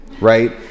right